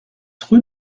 rue